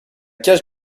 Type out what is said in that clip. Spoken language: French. cage